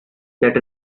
that